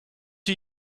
are